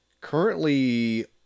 currently